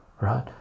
right